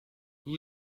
who